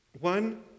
one